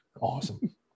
awesome